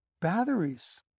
batteries